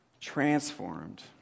transformed